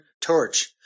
torch